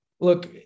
Look